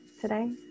today